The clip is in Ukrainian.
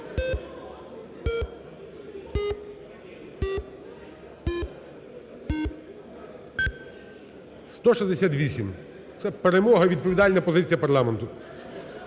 168. Щоб перемога відповідальна позиція парламенту.